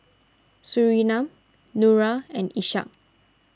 Surinam Nura and Ishak